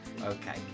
Okay